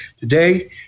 today